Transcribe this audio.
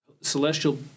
celestial